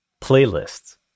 Playlists